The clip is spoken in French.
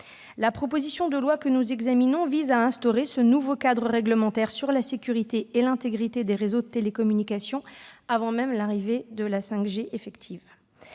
La proposition de loi que nous examinons vise à instaurer ce nouveau cadre réglementaire sur la sécurité et l'intégrité des réseaux de télécommunications, avant même l'arrivée de la 5G. Mme le